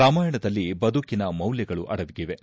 ರಾಮಾಯಣದಲ್ಲಿ ಬದುಕಿನ ಮೌಲ್ಯಗಳು ಅಡಗಿವೆ